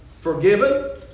forgiven